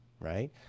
Right